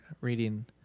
reading